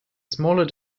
smaller